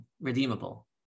redeemable